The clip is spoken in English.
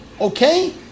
Okay